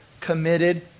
committed